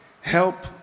Help